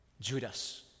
Judas